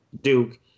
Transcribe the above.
Duke